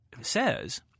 says